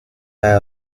lie